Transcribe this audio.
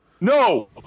No